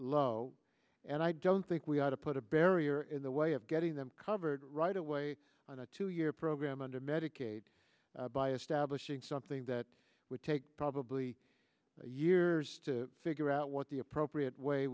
low and i don't think we ought to put a barrier in the way of getting them covered right away on a two year program under medicaid by establishing something that would take probably years to figure out what the appropriate way